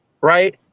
right